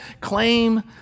claim